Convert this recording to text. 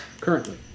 currently